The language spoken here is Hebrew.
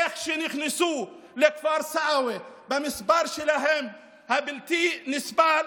איך שנכנסו לכפר סעווה, במספר שלהם, הבלתי-נספר,